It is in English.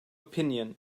opinion